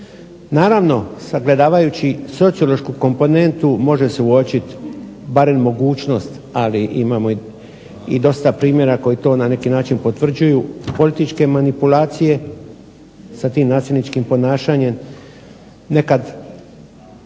Naravno sagledavajući sociološku komponentu može se uočiti barem mogućnost, ali imamo i dosta primjera koji to na neki način potvrđuju, političke manipulacije sa tim nasilničkim ponašanjem,